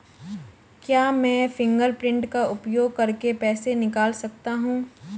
क्या मैं फ़िंगरप्रिंट का उपयोग करके पैसे निकाल सकता हूँ?